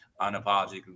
Unapologetically